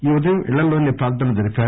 ఈ ఉదయం ఇళ్లల్లోనే ప్రార్థనలు జరిపారు